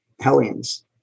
hellions